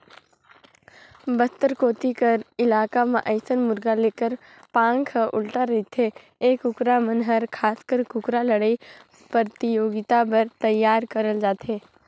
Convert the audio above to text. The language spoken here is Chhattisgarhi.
बस्तर कोती कर इलाका म अइसन मुरगा लेखर पांख ह उल्टा रहिथे ए कुकरा मन हर खासकर कुकरा लड़ई परतियोगिता बर तइयार करल जाथे